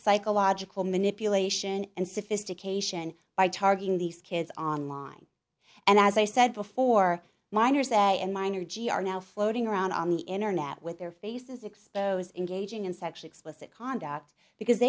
psychological manipulation and sophistication by targeting these kids online and as i said before minors that in minor g are now floating around on the internet with their faces exposed engaging in sex explicit conduct because